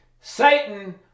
Satan